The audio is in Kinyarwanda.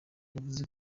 yavuze